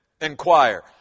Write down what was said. inquire